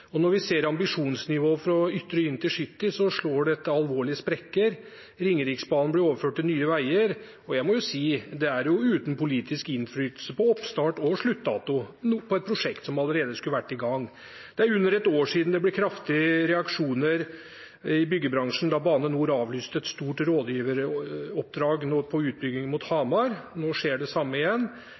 Når vi ser ambisjonsnivået for ytre intercity, slår dette alvorlige sprekker. Ringeriksbanen blir overført til Nye Veier, og – det må jeg si – uten politisk innflytelse på oppstart og sluttdato på et prosjekt som allerede skulle vært i gang. Det er under et år siden det ble kraftige reaksjoner i byggebransjen da Bane NOR avlyste et stort rådgiveroppdrag på utbyggingen mot Hamar. Nå skjer det samme igjen.